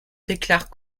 déclare